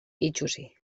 itsusi